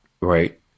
right